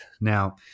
Now